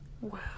Wow